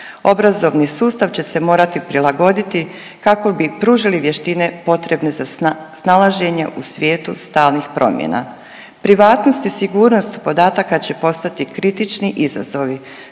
Obrazovni sustav će se morati prilagoditi kako bi pružili vještine potrebne za snalaženje u svijetu stalnih promjena. Privatnost i sigurnost podataka će postati kritični izazovi.